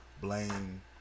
blame